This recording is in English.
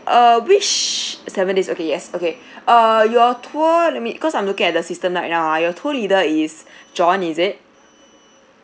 err which seven days okay yes okay err your tour let me cause I'm looking at the system now and err your tour leader is john is it